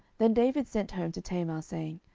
then david sent home to tamar, saying,